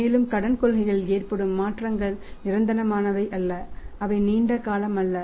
மேலும் கடன் கொள்கைகளில் ஏற்படும் மாற்றங்கள் நிரந்தரமானவை அல்ல அவை நீண்ட காலமல்ல